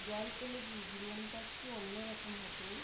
জল পেলে জীবনটা একটু অন্য রকম হতো